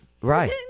Right